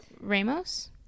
Ramos